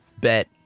Bet